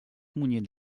munyit